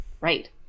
Right